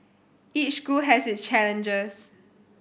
each school has its challenges